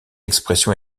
expression